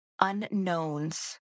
unknowns